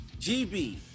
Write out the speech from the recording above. gb